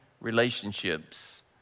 relationships